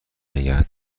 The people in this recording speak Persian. نگه